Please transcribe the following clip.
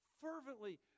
fervently